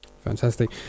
fantastic